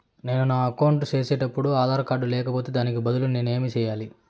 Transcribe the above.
నేను నా అకౌంట్ సేసేటప్పుడు ఆధార్ కార్డు లేకపోతే దానికి బదులు ఏమి సెయ్యాలి?